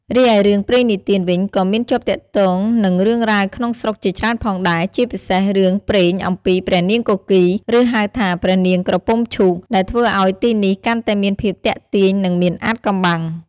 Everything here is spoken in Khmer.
រីឯរឿងព្រេងនិទានវិញ ក៏មានជាប់ទាក់ទងនឹងរឿងរ៉ាវក្នុងស្រុកជាច្រើនផងដែរ ជាពិសេសរឿងព្រេងអំពីព្រះនាងគគីរ ឬហៅថាព្រះនាងក្រពុំឈូក ដែលធ្វើឱ្យទីនេះកាន់តែមានភាពទាក់ទាញ និងមានអាថ៌កំបាំង ។